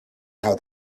how